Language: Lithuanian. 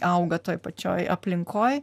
auga toj pačioj aplinkoj